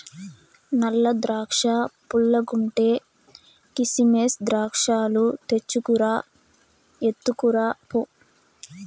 నల్ల ద్రాక్షా పుల్లగుంటే, కిసిమెస్ ద్రాక్షాలు తెచ్చుకు రా, ఎత్తుకురా పో